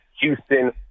Houston